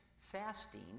fasting